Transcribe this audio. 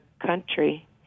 country